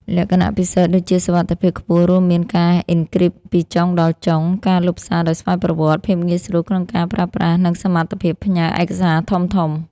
លក្ខណៈពិសេសដូចជាសុវត្ថិភាពខ្ពស់ រួមមាន ការអ៊ិនគ្រីបពីចុងដល់ចុង ការលុបសារដោយស្វ័យប្រវត្តិ ភាពងាយស្រួលក្នុងការប្រើប្រាស់ និងសមត្ថភាពផ្ញើឯកសារធំៗ។